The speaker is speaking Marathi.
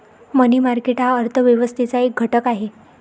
मनी मार्केट हा अर्थ व्यवस्थेचा एक घटक आहे